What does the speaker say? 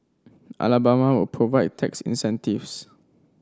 Alabama will provide tax incentives